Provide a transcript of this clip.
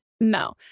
no